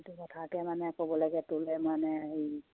সেইটো কথাকে মানে ক'বলৈকে তোলে মানে হেৰি